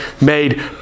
made